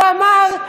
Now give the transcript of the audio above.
הוא אמר,